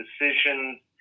decisions